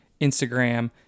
Instagram